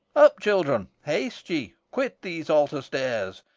up, children, haste ye, quit these altar stairs,